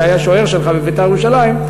שהיה שוער שלך ב"בית"ר ירושלים",